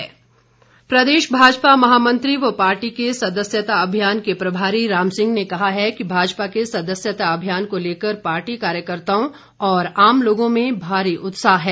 सदस्यता प्रदेश भाजपा महामंत्री व पार्टी के सदस्यता अभियान के प्रभारी राम सिंह ने कहा है कि भाजपा के सदस्यता अभियान को लेकर पार्टी कार्यकर्ताओं और आम लोगों में भारी उत्साह है